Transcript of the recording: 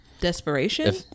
Desperation